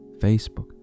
Facebook